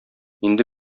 инде